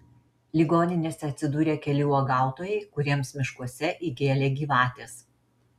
ligoninėse atsidūrė keli uogautojai kuriems miškuose įgėlė gyvatės